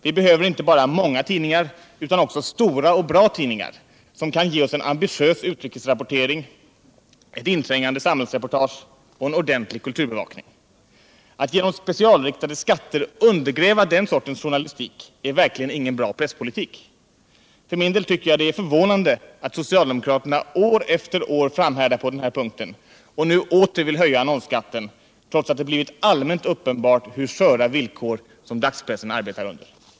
Vi behöver inte bara många tidningar utan också stora och bra tidningar, som kan ge oss en ambitiös utrikesrapportering, ett inträngande samhällsreportage och en ordentligt kulturbevakning. Att genom specialriktade skatter undergräva den sortens journalistik är verkligen ingen bra presspolitik. För min del tycker jag att det är förvånande att socialdemokraterna år efter år framhärdar på den här punkten och nu åter vill höja annonsskatten, trots att det har blivit allmänt uppenbart hur sköra villkor som dagspressen arbetar under.